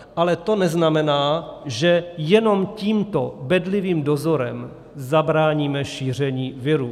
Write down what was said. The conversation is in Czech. Ale to neznamená, že jenom tímto bedlivým dozorem zabráníme šíření viru.